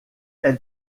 elle